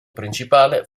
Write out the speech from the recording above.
principale